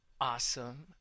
Awesome